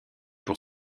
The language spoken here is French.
pour